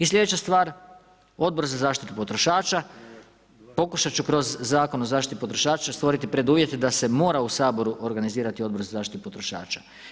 I sljedeća stvar, Odbor za zaštitu potrošača pokušat će kroz Zakon o zaštiti potrošača stvoriti preduvjete da se mora u Saboru organizirati Odbor za zaštitu potrošača.